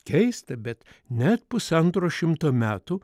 keista bet net pusantro šimto metų